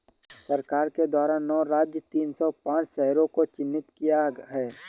सरकार के द्वारा नौ राज्य में तीन सौ पांच शहरों को चिह्नित किया है